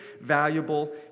valuable